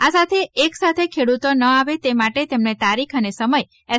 આ સાથે એકસાથે ખેડૂતો ન આવે તે માટે તેમને તારીખ અને સમય એસ